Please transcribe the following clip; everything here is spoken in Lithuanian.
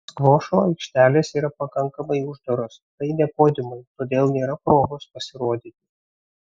skvošo aikštelės yra pakankamai uždaros tai ne podiumai todėl nėra progos pasirodyti